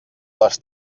les